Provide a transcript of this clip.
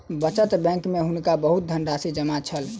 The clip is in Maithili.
बचत बैंक में हुनका बहुत धनराशि जमा छल